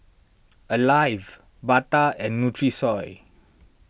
Alive Bata and Nutrisoy